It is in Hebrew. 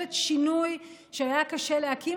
ממשלת שינוי שהיה קשה להקים,